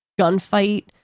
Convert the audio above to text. gunfight